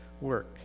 work